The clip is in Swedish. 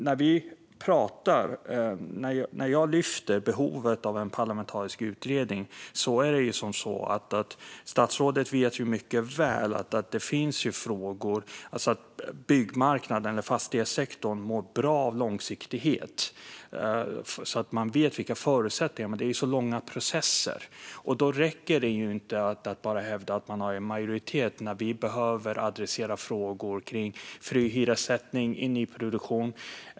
När jag lyfter fram behovet av en parlamentarisk utredning vet statsrådet mycket väl att det finns frågor. Byggmarknaden eller fastighetssektorn mår bra av långsiktighet så att man vet vilka förutsättningarna är. Men det är ju så långa processer, och det räcker inte att bara hävda att man har majoritet när vi behöver adressera frågor som fri hyressättning i nyproduktion.